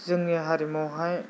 जोंनि हारिमुवावहाय